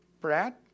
Brad